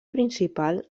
principal